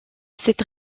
cette